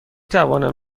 توانم